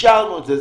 אישרנו את זה.